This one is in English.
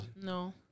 No